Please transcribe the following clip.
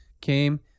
came